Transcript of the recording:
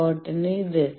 short ന് ഇത്